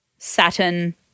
Saturn